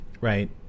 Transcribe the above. right